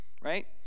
right